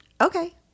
okay